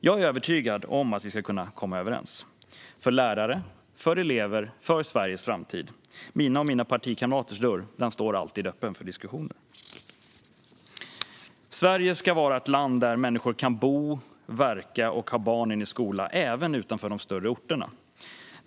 Jag är övertygad om att vi ska kunna komma överens för lärares, för elevers och för Sveriges framtid. Min och mina partikamraters dörr står alltid öppen för diskussioner. Sverige ska vara ett land där människor kan bo, verka och ha barnen i skola även utanför de större orterna.